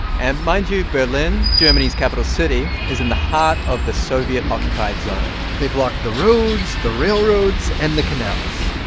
and mind you, berlin, germany's capital city, is in the heart of the soviet-occupied zone they blocked the roads, the railroads and the canals.